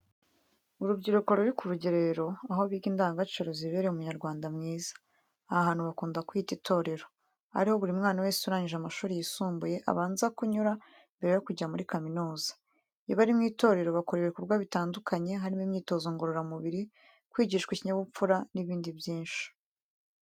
Urubyiruko ruri ku rugerero aho biga indangagaciro zibereye Umunyarwanda mwiza. Aha hantu bakunda kuhita ''Itorero'' ariho buri mwana wese urangije amashuri y'isumbuye abanza kunyura mbere yo kujya muri kaminuza. Iyo bari mu itorero bakora ibikorwa bitandukanye harimo imyitozo ngororamubiri, kwigishwa ikinyabupfura n'ibindi byinshi.